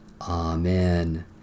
Amen